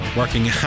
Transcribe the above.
working